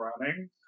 running